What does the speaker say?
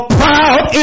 proud